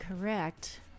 correct